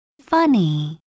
Funny